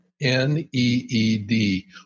N-E-E-D